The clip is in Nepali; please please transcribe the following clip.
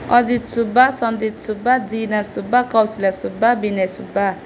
अजित सुब्बा सन्जित सुब्बा जिना सुब्बा कौशिला सुब्बा बिनय सुब्बा